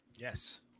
Yes